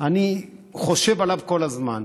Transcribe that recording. אני חושב עליו כל הזמן.